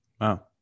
Wow